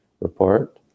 report